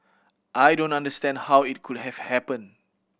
I don't understand how it could have happened